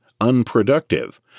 unproductive